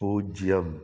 பூஜ்ஜியம்